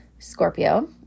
Scorpio